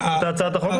לא.